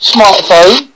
Smartphone